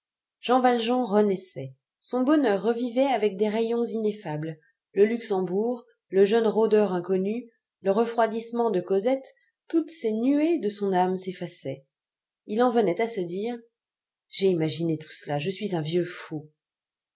jean valjean renaissait son bonheur revivait avec des rayons ineffables le luxembourg le jeune rôdeur inconnu le refroidissement de cosette toutes ces nuées de son âme s'effaçaient il en venait à se dire j'ai imaginé tout cela je suis un vieux fou